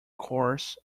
course